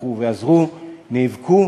שתמכו ועזרו, נאבקו